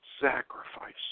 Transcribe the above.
sacrifice